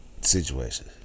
situation